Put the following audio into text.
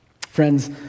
Friends